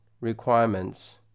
requirements